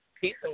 Peace